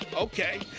Okay